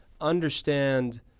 understand